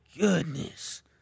goodness